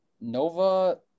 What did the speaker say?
Nova